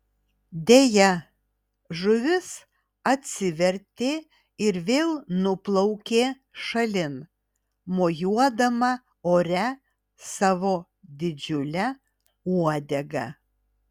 deja žuvis atsivertė ir vėl nuplaukė šalin mojuodama ore savo didžiule uodega